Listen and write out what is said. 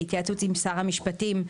בהתייעצות עם שר המשפטים,